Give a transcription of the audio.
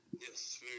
Yes